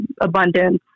abundance